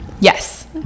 yes